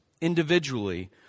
individually